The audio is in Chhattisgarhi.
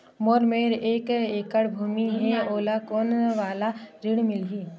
मोर मेर एक एकड़ भुमि हे मोला कोन वाला ऋण मिलही?